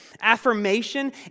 affirmation